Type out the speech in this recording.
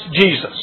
Jesus